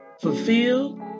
fulfilled